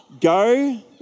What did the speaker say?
Go